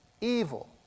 evil